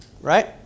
right